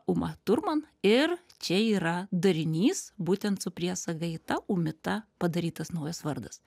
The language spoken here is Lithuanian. uma turman ir čia yra darinys būtent su priesaga ita umita padarytas naujas vardas